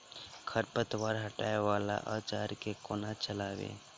खरपतवार हटावय वला औजार केँ कोना चलाबी?